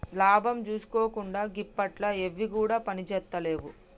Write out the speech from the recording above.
లాభం జూసుకోకుండ గిప్పట్ల ఎవ్విగుడ పనిజేత్తలేవు